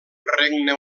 regne